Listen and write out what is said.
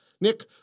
Nick